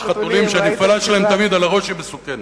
יש חתולים שהנפילה שלהם על הראש תמיד היא מסוכנת,